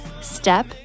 step